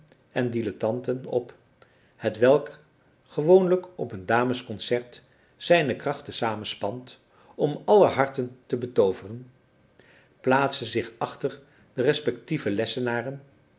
en dilettanten op hetwelk gewoonlijk op een dames concert zijne krachten samenspant om aller harten te betooveren plaatste zich achter de respectieve